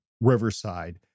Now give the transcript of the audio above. Riverside